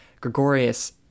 Gregorius